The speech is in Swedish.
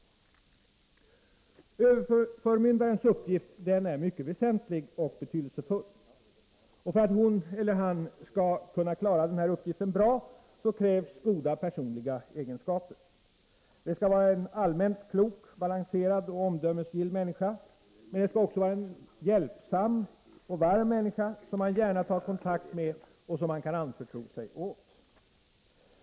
Överförmyndarens uppgift är mycket väsentlig och betydelsefull. För att hon eller han skall kunna klara denna uppgift bra krävs goda personliga egenskaper. Det skall vara en allmänt klok, balanserad och omdömesgill människa. Det skall också vara en hjälpsam och varm människa som man gärna tar kontakt med och som man kan anförtro sig åt.